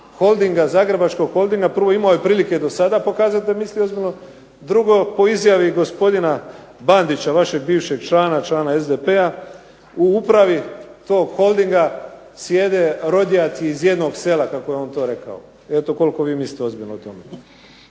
holdinga, Zagrebačkog holdinga. Prvo, imao je prilike do sada pokazati da je mislio ozbiljno. Drugo, po izjavi gospodina Bandića vašeg bivšeg člana, člana SDP-a. U upravi tog holdinga sjede rodjaci iz jednog sela kako je on to rekao. Eto koliko vi mislite ozbiljno o tome.